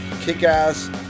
kick-ass